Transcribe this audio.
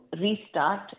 restart